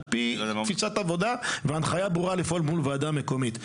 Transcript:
על פי תפיסת העבודה וההנחיה הברורה לפעול מול הוועדה המקומית.